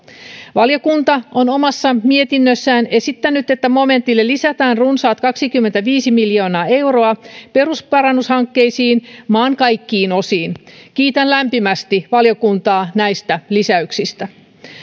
valiokunta on omassa mietinnössään esittänyt että momentille lisätään runsaat kaksikymmentäviisi miljoonaa euroa perusparannushankkeisiin maan kaikkiin osiin kiitän lämpimästi valiokuntaa näistä lisäyksistä